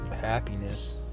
happiness